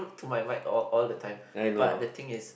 to my mic all all the time